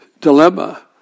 dilemma